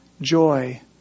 joy